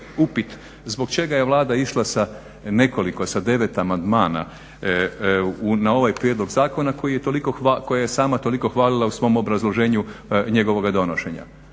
zbog čega je Vlada išla sa nekoliko, sa 9 amandmana na ovaj prijedlog zakona koji je sama toliko hvalila u svom obrazloženju njegovoga donošenja.